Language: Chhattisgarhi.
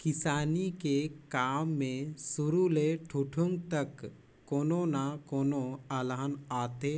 किसानी के काम मे सुरू ले ठुठुंग तक कोनो न कोनो अलहन आते